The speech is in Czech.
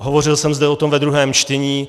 Hovořil jsem zde o tom ve druhém čtení.